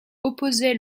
opposait